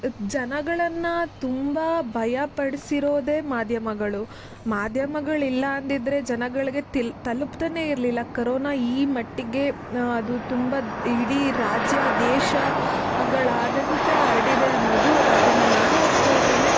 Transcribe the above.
ಜನಗಳನ್ನು ತುಂಬ ಭಯಪಡಿಸಿರೋದೇ ಮಾಧ್ಯಮಗಳು ಮಾಧ್ಯಮಗಳಿಲ್ಲ ಅಂದಿದ್ದರೆ ಜನಗಳಿಗೆ ತಿಳ್ ತಲುಪ್ತಾನೆ ಇರಲಿಲ್ಲ ಕರೋನಾ ಈ ಮಟ್ಟಿಗೆ ಅದು ತುಂಬ ಇಡೀ ರಾಜ್ಯ ದೇಶ ಗಳಾದ್ಯಂತ ಹರಡಿದೆ ಅನ್ನೋದು ಅದನ್ನು ನಾನು ಒಪ್ಪಿಕೊಳ್ತೇನೆ